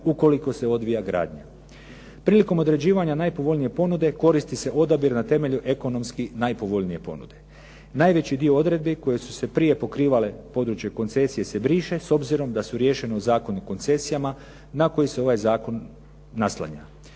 ukoliko se odvija gradnja. Prilikom određivanja najpovoljnije ponude koristi se odabir na temelju ekonomski najpovoljnije ponude. Najveći dio odredbi koje su se prije pokrivale područje koncesije se briše s obzirom da su riješene u Zakonu o koncesijama na koji se ovaj zakon naslanja.